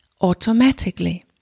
automatically